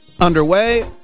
underway